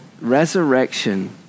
Resurrection